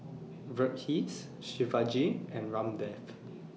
Verghese Shivaji and Ramdev